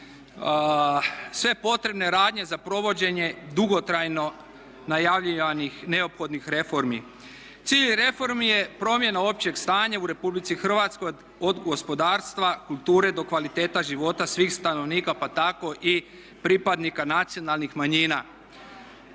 sve potrebne radnje za provođenje dugotrajno najavljivanih neophodnih reformi. Cilj reformi je promjena općeg stanja u Republici Hrvatskoj od gospodarstva, kulture, do kvaliteta života svih stanovnika, pa tako i pripadnika nacionalnih manjina.